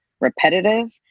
repetitive